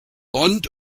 bond